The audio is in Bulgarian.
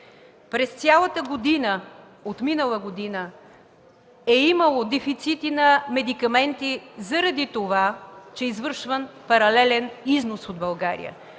през цялата отминала година е имало дефицити на медикаменти заради това, че е извършван паралелен износ от България.